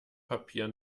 papier